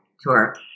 tour